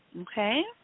Okay